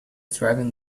driving